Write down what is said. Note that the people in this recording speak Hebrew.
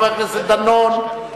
חבר הכנסת דנון,